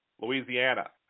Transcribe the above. Louisiana